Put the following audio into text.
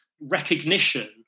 recognition